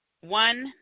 One